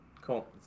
cool